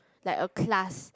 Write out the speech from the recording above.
like a class